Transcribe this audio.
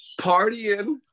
partying